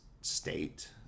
state